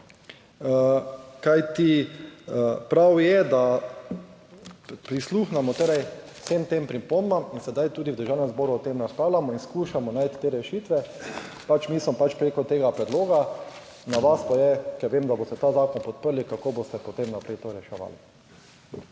prav je, da prisluhnemo torej vsem tem pripombam in sedaj tudi v Državnem zboru o tem razpravljamo in skušamo najti te rešitve. Pač mi smo pač preko tega predloga, na vas pa je, ker vem, da boste ta zakon podprli, kako boste potem naprej to reševali.